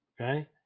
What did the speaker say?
okay